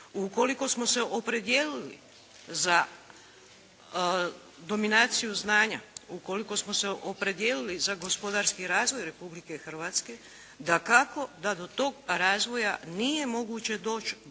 Ukoliko smo se opredijelili za dominaciju znanja, ukoliko smo se opredijelili za gospodarski razvoj Republike Hrvatske dakako da do tog razvoja nije moguće doć'